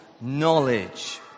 knowledge